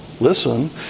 listen